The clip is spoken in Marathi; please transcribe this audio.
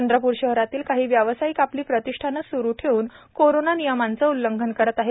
चंद्रपूर शहरातील काही व्यावसायिक आपली प्रतिष्ठाने सुरु ठेवून कोरोना नियमांचे उल्लंघन करीत आहेत